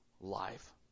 life